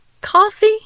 Coffee